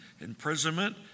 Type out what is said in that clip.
imprisonment